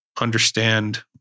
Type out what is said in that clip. understand